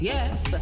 Yes